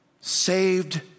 saved